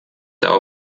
der